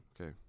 Okay